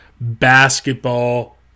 basketball